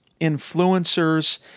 influencers